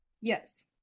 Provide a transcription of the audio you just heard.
Yes